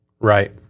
Right